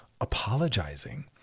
apologizing